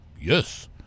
yes